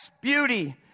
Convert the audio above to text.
beauty